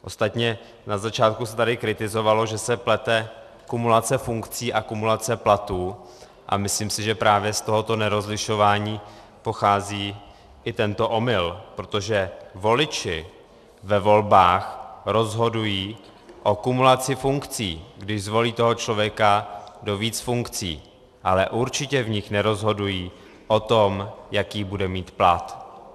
Ostatně na začátku se tady kritizovalo, že se plete kumulace funkcí a kumulace platů, a myslím si, že právě z tohoto nerozlišování pochází i tento omyl, protože voliči ve volbách rozhodují o kumulaci funkcí, když zvolí toho člověka do více funkcí, ale určitě v nich nerozhodují o tom, jaký bude mít plat.